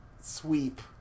sweep